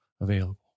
available